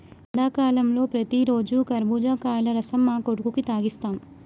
ఎండాకాలంలో ప్రతిరోజు కర్బుజకాయల రసం మా కొడుకుకి తాగిస్తాం